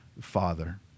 Father